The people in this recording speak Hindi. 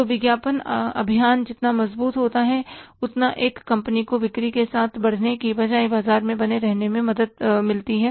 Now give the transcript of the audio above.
तो विज्ञापन अभियान जितना मजबूत होता है उतना एक कंपनी को बिक्री के साथ बढ़ने के बजाय बाजार में बने रहने में मदद मिलती है